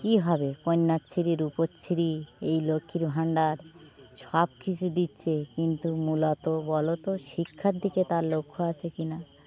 কী হবে কন্যাশ্রী রূপশ্রী এই লক্ষ্মীর ভাণ্ডার সব কিছু দিচ্ছে কিন্তু মূলত বলো তো শিক্ষার দিকে তার লক্ষ্য আছে কি না